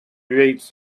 reads